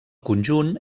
conjunt